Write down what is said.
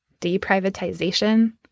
deprivatization